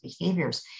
behaviors